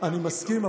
אני מסכים,